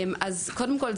קודם כל,